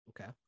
Okay